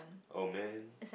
oh man